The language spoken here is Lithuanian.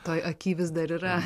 toj aky vis dar yra